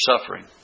suffering